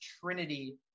Trinity